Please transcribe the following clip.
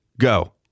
go